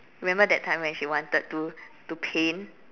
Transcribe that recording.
remember that time when she wanted to to paint